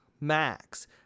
Max